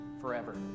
forever